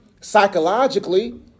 psychologically